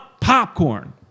popcorn